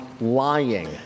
lying